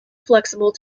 flexible